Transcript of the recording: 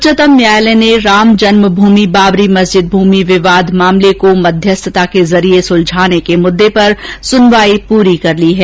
उच्चतम न्यायालय ने राम जन्म भूमि बाबरी मस्जिद भूमि विवाद मामले को मध्यस्थता के जरिए सुलझाने के मुद्दे पर सुनवाई पूरी कर ली है